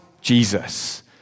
Jesus